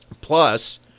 Plus